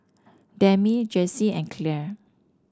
Demi Jessye and Clare